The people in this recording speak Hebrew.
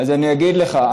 אז אני אגיד לך,